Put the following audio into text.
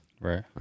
Right